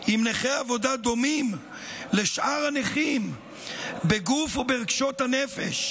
אם נכי עבודה דומים לשאר הנכים בגוף או ברגשות הנפש,